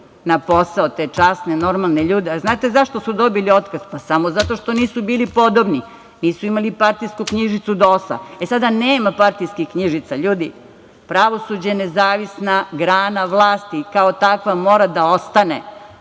na posao, te časne, normalne ljude. A znate zašto su dobili otkaz? Samo zato što nisu bili podobni, nisu imali partijsku knjižicu DOS-a. Ljudi, sada nema partijskih knjižica. Pravosuđe je nezavisna grana vlasti i kao takva mora da ostane.